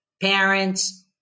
parents